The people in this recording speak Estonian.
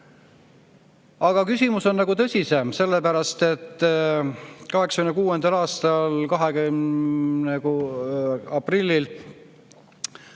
Aga küsimus on tõsisem, sellepärast et 1986. aasta 26. aprillil